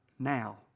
Now